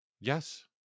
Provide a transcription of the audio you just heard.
Yes